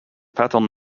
pattern